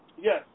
Yes